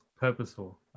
purposeful